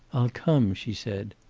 i'll come, she said.